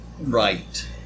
Right